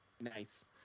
Nice